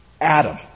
Adam